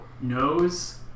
knows